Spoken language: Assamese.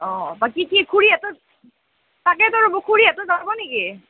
অঁ বাকী কি খুৰীহেঁতৰ তাকেতো ৰ'ব খুৰীহেঁতো যাব নেকি